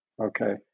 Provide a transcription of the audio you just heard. okay